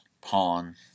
Pawn